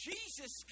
Jesus